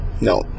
No